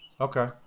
Okay